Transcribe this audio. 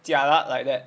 jialat like that